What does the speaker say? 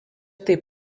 taip